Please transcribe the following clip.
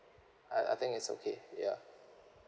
I I think it's okay ya